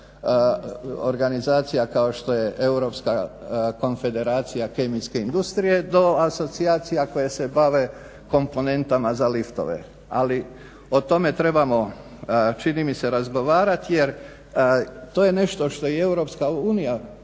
kao što je europska konfederacija kemijske industrije do asocijacija koje se bave komponentama za liftove. Ali o tome trebamo čini mi se razgovarati, jer to je nešto što i EU i Europska komisija